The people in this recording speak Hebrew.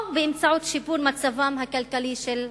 או באמצעות שיפור מצבם הכלכלי של התושבים.